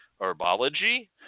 herbology